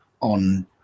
on